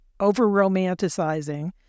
over-romanticizing